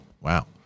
Wow